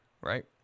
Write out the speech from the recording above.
right